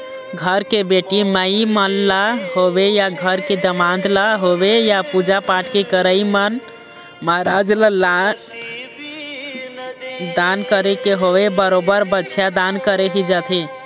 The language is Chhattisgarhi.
घर के बेटी माई मन ल होवय या घर के दमाद ल होवय या पूजा पाठ के करई म महराज ल दान करे के होवय बरोबर बछिया दान करे ही जाथे